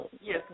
Yes